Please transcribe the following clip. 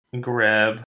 grab